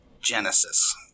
Genesis